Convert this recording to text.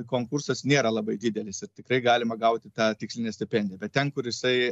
konkursas nėra labai didelis ir tikrai galima gauti tą tikslinę stipendiją bet ten kur jisai